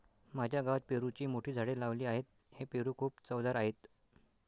माझ्या गावात पेरूची मोठी झाडे लावली आहेत, हे पेरू खूप चवदार आहेत